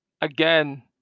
again